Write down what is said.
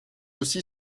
aussi